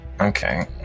okay